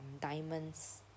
diamonds